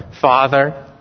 Father